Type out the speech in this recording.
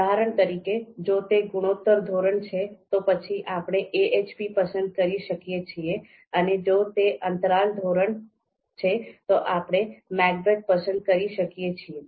ઉદાહરણ તરીકે જો તે ગુણોત્તર ધોરણ છે તો પછી આપણે AHP પસંદ કરી શકીએ છીએ અને જો તે અંતરાલ ધોરણ છે તો આપણે MACBETH પસંદ કરી શકીએ છીએ